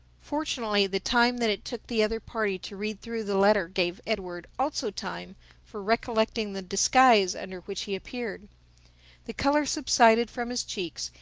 fortunately the time that it took the other party to read through the letter gave edward also time for recollecting the disguise under which he appeared the color subsided from his cheeks,